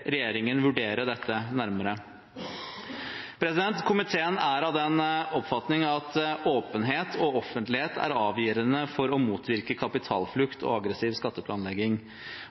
regjeringen vurdere dette nærmere. Komiteen er av den oppfatning at åpenhet og offentlighet er avgjørende for å motvirke kapitalflukt og aggressiv skatteplanlegging,